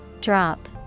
Drop